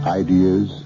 ideas